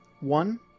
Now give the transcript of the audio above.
One